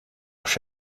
rush